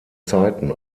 zeiten